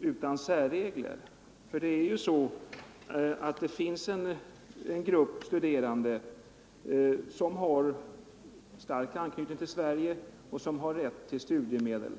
utan särregler? Det finns ju en grupp studerande med stark anknytning till Sverige som har rätt till studiemedel.